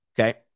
okay